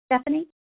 Stephanie